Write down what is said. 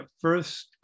first